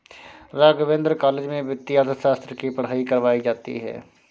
Raghavendra college में वित्तीय अर्थशास्त्र की पढ़ाई करवायी जाती है